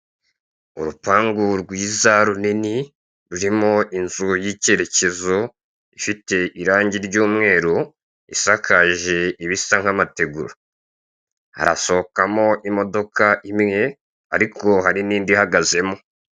Urupangu rwiza runini rurimo inzu y'icyerekezo ifite irange ry'umweru isakaje ibisa nk'amategura, harasohokamo imodoka imwe ariko hari n'indi ihagazemo.